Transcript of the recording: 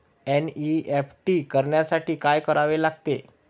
NEFT करण्यासाठी काय करावे लागते?